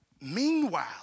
Meanwhile